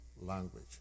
language